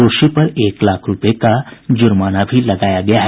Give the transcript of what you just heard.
दोषी पर एक लाख रूपये का जुर्माना भी लगाया गया है